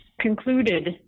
concluded